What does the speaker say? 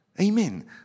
Amen